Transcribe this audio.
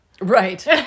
Right